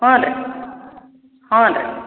ಹ್ಞೂ ರೀ ಹ್ಞೂ ರೀ